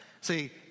See